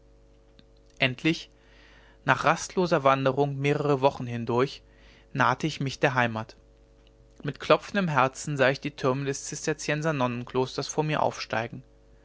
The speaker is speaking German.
endlich nach rastloser wanderung mehrere wochen hindurch nahte ich mich der heimat mit klopfendem herzen sah ich die türme des zisterzienser nonnenklosters vor mir aufsteigen